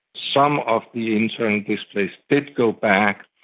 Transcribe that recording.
some of the internally displaced did go back,